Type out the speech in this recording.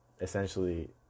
Essentially